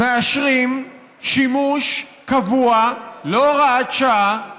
מאשרים, בשימוש קבוע, לא הוראת שעה,